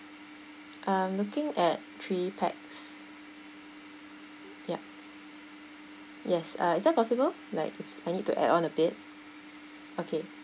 I'm looking at three pax yup yes uh is that possible like I need to add on a bed okay